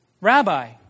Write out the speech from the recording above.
Rabbi